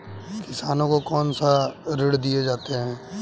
किसानों को कौन से ऋण दिए जाते हैं?